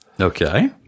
Okay